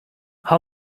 how